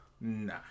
Nah